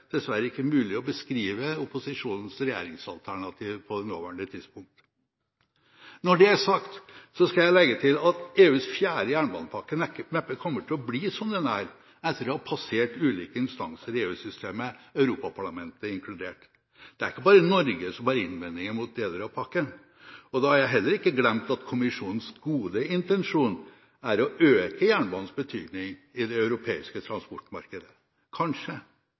dessverre ikke mulig å beskrive opposisjonens regjeringsalternativ på det nåværende tidspunkt. Når det er sagt, skal jeg legge til at EUs fjerde jernbanepakke neppe kommer til å bli som den er etter å ha passert ulike instanser i EU-systemet, Europaparlamentet inkludert. Det er ikke bare Norge som har innvendinger mot deler av pakken. Da har jeg heller ikke glemt at kommisjonens gode intensjon er å øke jernbanens betydning i det europeiske transportmarkedet. Kanskje